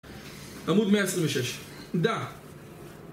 עמוד 126.